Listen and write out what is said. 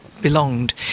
belonged